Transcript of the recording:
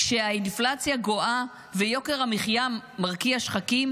כשהאינפלציה גואה ויוקר המחיה מרקיע שחקים,